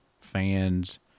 fans